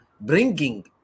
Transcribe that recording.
bringing